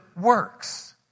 works